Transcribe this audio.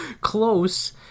Close